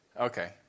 Okay